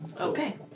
Okay